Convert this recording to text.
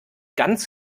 ganz